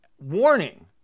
warning